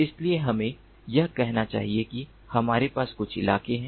इसलिए हमें यह कहना चाहिए कि हमारे पास कुछ इलाके हैं